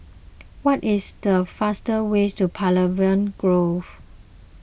what is the fastest ways to Pavilion Grove